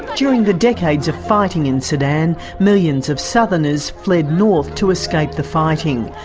during the decades of fighting in sudan millions of southerners fled north to escape the fighting.